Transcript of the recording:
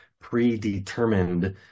predetermined